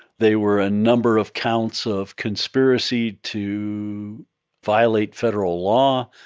they were a number of counts of conspiracy to violate federal law,